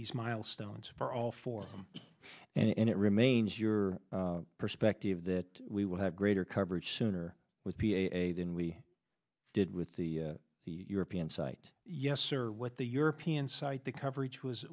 these milestones for all four of them and it remains your perspective that we will have greater coverage sooner with p a a than we did with the the european site yes or what the european site the coverage was